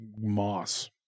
moss